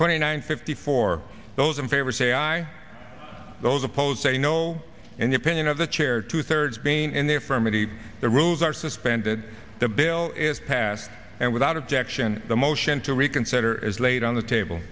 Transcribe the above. twenty nine fifty four those in favor say aye those opposed say no in the opinion of the chair two thirds being in the affirmative the rules are suspended the bill is passed and without objection the motion to reconsider is laid on the table